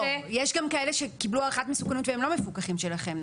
יש גם כאלה שקיבלו הערכת מסוכנות והם לא מפוקחים שלכם,